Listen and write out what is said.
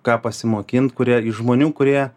ką pasimokint kurie iš žmonių kurie